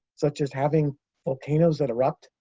such as having volcanoes that erupt.